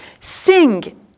sing